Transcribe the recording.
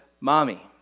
Mommy